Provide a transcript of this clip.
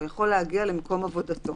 הוא יכול להגיע למקום עבודתו.